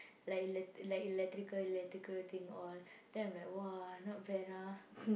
like le~ like electrical electrical thing all then I'm like !wah! not bad ah